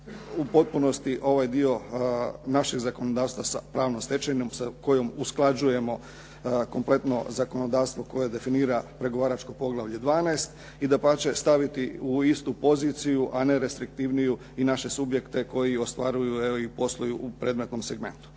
u potpunosti ovaj dio našeg zakonodavstva sa pravnom stečevinom sa kojom usklađujemo kompletno zakonodavstvo koje definira pregovaračko poglavlje XII i dapače staviti u istu poziciju, a ne restriktivniju i naše subjekte koji ostvaruju i posluju u predmetnom segmentu.